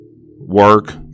work